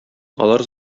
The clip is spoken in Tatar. алар